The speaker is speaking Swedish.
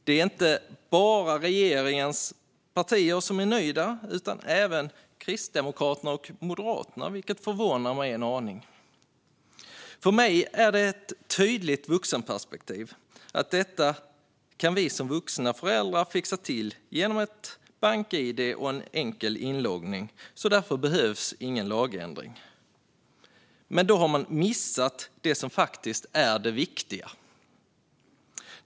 Det är inte bara regeringspartierna som är nöjda utan även Kristdemokraterna och Moderaterna, vilket förvånar mig en aning. För mig är det ett tydligt vuxenperspektiv att vi som vuxna föräldrar kan fixa till detta med hjälp av ett bank-id och en enkel inloggning och att det därför inte behövs någon lagändring. Men då har man missat det som är det viktiga.